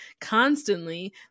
constantly